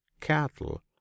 cattle